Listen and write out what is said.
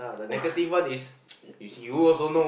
what